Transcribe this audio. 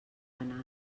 anar